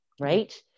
Right